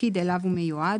התפקיד אליו הוא מיועד,